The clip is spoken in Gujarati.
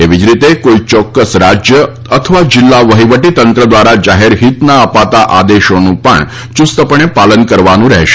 એવી જ રીતે કોઈ ચોક્કસ રાજ્ય અથવા જિલ્લા વહિવટીતંત્ર દ્વારા જાહેર હિતના અપાતા આદેશોનું પણ યૂસ્તપણે પાલન કરવાનું રહેશે